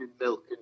milk